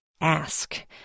Ask